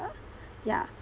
yeah